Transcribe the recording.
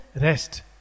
Rest